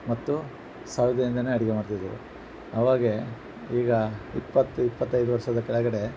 ಮತ್ತು ಸೌದೆಯಿಂದನೇ ಅಡಿಗೆ ಮಾಡ್ತಿದ್ದರು ಅವಾಗ ಈಗ ಇಪ್ಪತ್ತು ಇಪ್ಪತೈದು ವರ್ಷದ ಕೆಳಗಡೆ